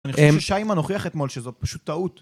אני חושב ששיימן הוכיח אתמול שזו פשוט טעות